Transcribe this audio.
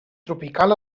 tropical